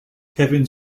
kevin